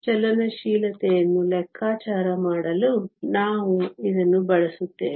ಚಲನಶೀಲತೆಯನ್ನು ಲೆಕ್ಕಾಚಾರ ಮಾಡಲು ನಾವು ಇದನ್ನು ಬಳಸುತ್ತೇವೆ